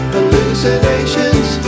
Hallucinations